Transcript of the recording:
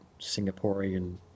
Singaporean